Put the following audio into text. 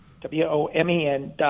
W-O-M-E-N